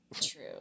true